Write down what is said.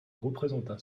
représenta